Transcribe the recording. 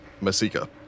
Masika